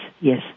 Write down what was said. yes